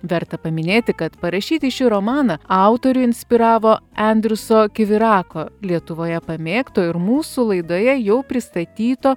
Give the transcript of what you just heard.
verta paminėti kad parašyti šį romaną autorių inspiravo endriuso kivirako lietuvoje pamėgto ir mūsų laidoje jau pristatyto